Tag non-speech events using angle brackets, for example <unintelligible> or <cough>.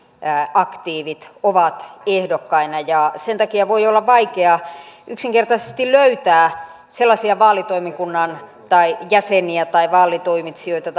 aktiivit ovat ehdokkaina ja sen takia voi olla vaikea yksinkertaisesti löytää sellaisia vaalitoimikunnan jäseniä tai vaalitoimitsijoita <unintelligible>